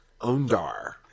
Ondar